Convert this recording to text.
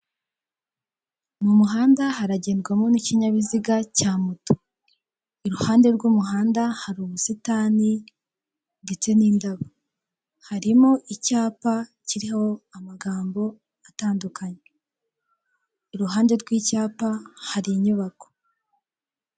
Mu muhanda haragendwamo n'ikinyabiziga cya moto, iruhande rw'umuhanda hari ubusitani ndetse n'indabo. Harimo icyapa kiriho amagambo atandukanye, iruhande rw'icyapa hari inyubako.